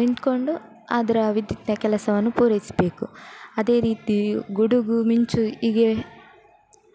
ನಿಂತ್ಕೊಂಡು ಅದರ ವಿದ್ಯುತ್ತಿನ ಕೆಲಸವನ್ನು ಪೂರೈಸಬೇಕು ಅದೇ ರೀತಿ ಗುಡುಗು ಮಿಂಚು ಹೀಗೆ